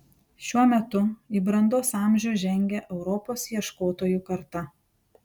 šiuo metu į brandos amžių žengia europos ieškotojų karta